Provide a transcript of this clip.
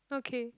okay